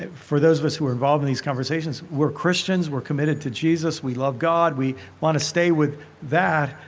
for those of us who were involved in these conversations, we're christians, we're committed to jesus, we love god, we want to stay with that,